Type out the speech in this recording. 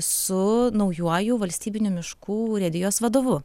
su naujuoju valstybinių miškų urėdijos vadovu